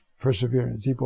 perseverance